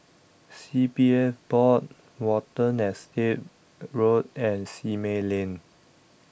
C P F Board Watten Estate Road and Simei Lane